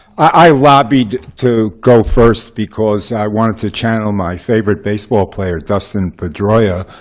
i lobbied to go first because i wanted to channel my favorite baseball player, dustin pedroia.